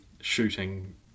shooting